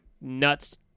nuts